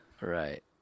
Right